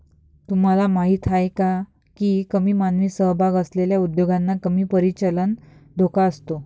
तुम्हाला माहीत आहे का की कमी मानवी सहभाग असलेल्या उद्योगांना कमी परिचालन धोका असतो?